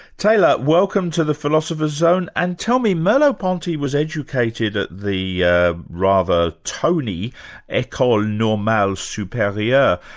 taylor, welcome to the philosopher's zone, and tell me, merleau-ponty was educated at the ah rather toney ecole normale superieure,